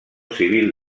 civil